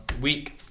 week